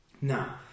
Now